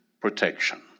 protection